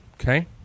Okay